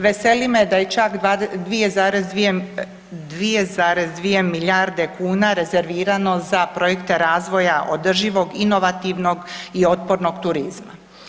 Veseli me da je čak 2,2 milijarde kuna rezervirano za projekte razvoja održivog, inovativnog i otpornog turizma.